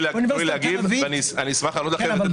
--- באוניברסיטת תל אביב,